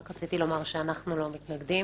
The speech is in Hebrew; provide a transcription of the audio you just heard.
רק רציתי לומר שאנחנו לא מתנגדים,